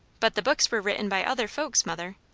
but the books were written by other folks, mother.